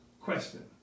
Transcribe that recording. question